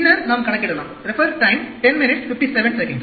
பின்னர் நாம் கணக்கிடலாம் Refer Time 1057